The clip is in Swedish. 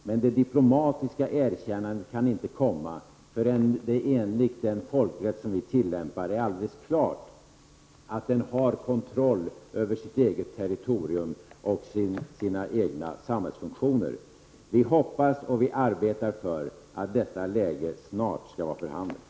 Men det diplomatiska erkännandet kan inte komma förrän det enligt den folkrätt som vi tillämpar är alldeles klart att staten har kontroll över sitt eget territorium och sina egna samhällsfunktioner. Vi hoppas, och arbetar för, att detta läge snart skall vara för handen.